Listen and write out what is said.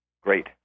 Great